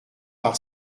par